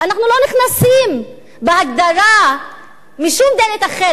אנחנו לא נכנסים בהגדרה משום דלת אחרת,